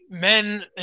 men